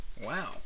Wow